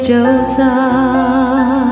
Joseph